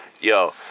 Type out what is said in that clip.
yo